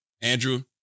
Andrew